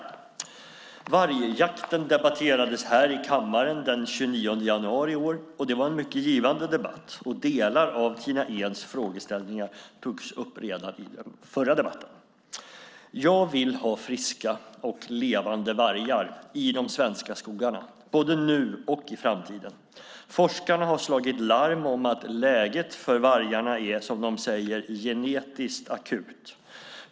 Vargjakten debatterades här i kammaren den 29 januari i år. Det var en mycket givande debatt, och delar av Tina Ehns frågeställningar togs upp redan i den förra debatten. Jag vill ha friska och levande vargar i de svenska skogarna, både nu och i framtiden. Forskarna har slagit larm om att läget för vargarna är, som de säger, "genetiskt akut".